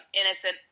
innocent